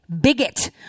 bigot